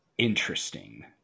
Interesting